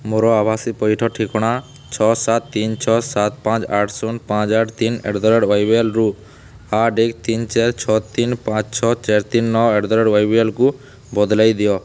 ମୋର ଆଭାସୀ ପଇଠ ଠିକଣା ଛଅ ସାତ ତିନି ଛଅ ସାତ ପାଞ୍ଚ ଆଠ ଶୂନ ପାଞ୍ଚ ଆଠ ତିନି ଆଟ୍ ଦ ରେଟ୍ ୱାଇବିଏଲ୍ରୁ ଆଠ ଏକ ତିନି ଚାରି ଛଅ ତିନି ପାଞ୍ଚ ଛଅ ଚାରି ତିନି ନଅ ଆଟ୍ ଦ ରେଟ୍ ୱାଇବିଏଲ୍କୁ ବଦଳାଇ ଦିଅ